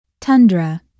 Tundra